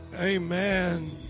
Amen